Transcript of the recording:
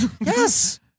Yes